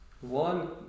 One